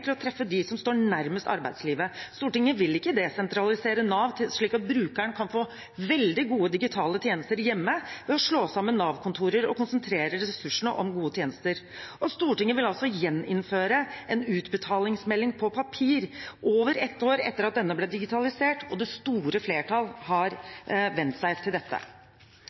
til å treffe dem som står nærmest arbeidslivet. Stortinget vil ikke desentralisere Nav slik at brukeren kan få veldig gode digitale tjenester hjemme ved å slå sammen Nav-kontorer og konsentrere ressursene om gode tjenester. Og Stortinget vil altså gjeninnføre en utbetalingsmelding på papir, over ett år etter at denne ble digitalisert og det store flertallet har vent seg til dette.